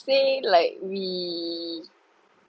say like we